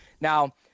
Now